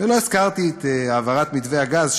ולא הזכרתי את העברת מתווה הגז,